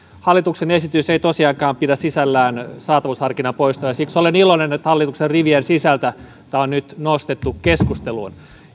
hallituksen esitys ei tosiaankaan pidä sisällään saatavuusharkinnan poistoa ja siksi olen iloinen että hallituksen rivien sisältä tämä on nyt nostettu keskusteluun